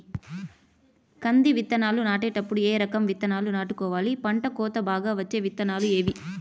కంది విత్తనాలు నాటేటప్పుడు ఏ రకం విత్తనాలు నాటుకోవాలి, పంట కోత బాగా వచ్చే విత్తనాలు ఏవీ?